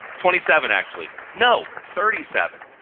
twenty seven actually, no thirty seven.